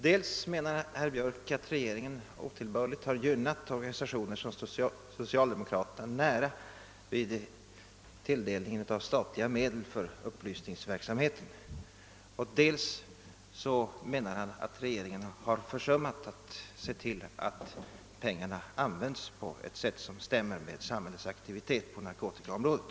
Dels menar herr Björck att regeringen otillbörligt har gynnat organisationer som står socialdemokraterna nära vid tilldelningen av statliga medel för upplysningsverksamhet, dels menar han att regeringen har försummat att se till att pengarna används på ett sätt som överensstämmer med samhällets aktivitet på narkotikaområdet.